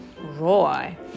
Roy